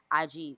IG